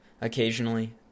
Occasionally